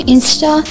Insta